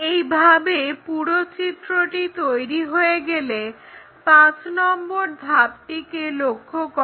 এইভাবে পুরো চিত্রটি তৈরি হয়ে গেলে পাঁচ নম্বর ধাপটিকে লক্ষ্য করো